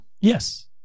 Yes